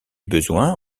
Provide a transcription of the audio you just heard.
besoins